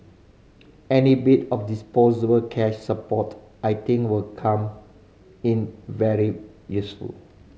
any bit of disposable cash support I think will come in very useful